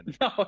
No